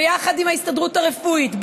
ביחד עם ההסתדרות הרפואית,